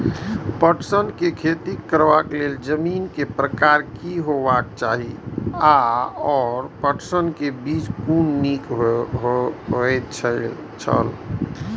पटसन के खेती करबाक लेल जमीन के प्रकार की होबेय चाही आओर पटसन के बीज कुन निक होऐत छल?